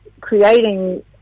creating